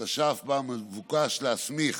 התש"ף, שבה מבוקש להסמיך